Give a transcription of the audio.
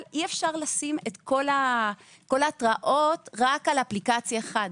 מאוד חשוב לי להגיד שאי אפשר לשים את כל ההתרעות רק על אפליקציה אחת.